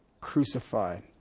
crucified